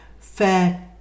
Fair